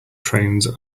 trains